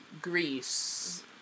greece